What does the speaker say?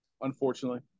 Unfortunately